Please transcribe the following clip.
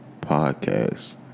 podcast